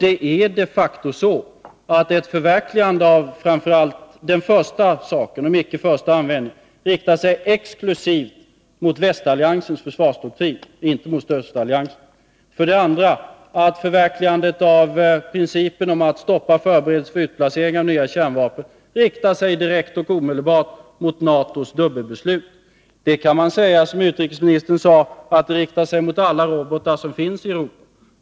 Det är de facto så att ett förverkligande av den första ståndpunkten, den om icke-första-användning, riktar sig exklusivt mot västalliansens försvarsdoktrin, icke mot östalliansens. Förverkligandet av principen att stoppa förberedelser för utplacering av nya kärnvapen riktar sig direkt och omedelbart mot NATO:s dubbelbeslut. Man kan, som utrikesministern, säga att det riktar sig mot alla robotar som finnsi Europa.